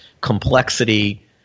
complexity